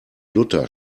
luther